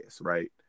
right